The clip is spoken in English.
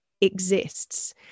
exists